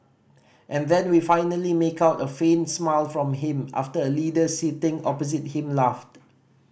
and then we finally make out a faint smile from him after a leader sitting opposite him laughed